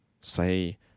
say